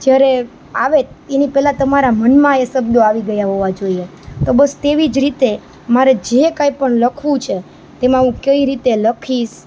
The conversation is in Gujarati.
જ્યારે આવે એની પહેલા તમારા મનમાં એ શબ્દ આવી ગયા હોવા જોઈએ તો બસ તેવી જ રીતે મારે જે કંઈપણ લખવું છે એમાં હું કઈ રીતે લખીશ